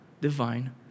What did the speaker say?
divine